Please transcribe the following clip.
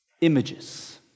images